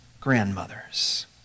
grandmothers